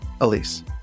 Elise